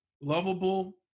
lovable